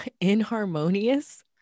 inharmonious